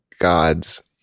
gods